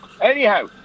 Anyhow